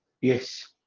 yes